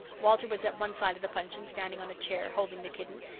walter was at one side of the puncheon standing on a chair, holding the kitten,